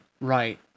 Right